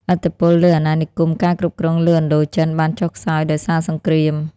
ឥទ្ធិពលលើអាណានិគមការគ្រប់គ្រងលើឥណ្ឌូចិនបាន ចុះខ្សោយ ដោយសារសង្គ្រាម។